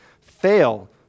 fail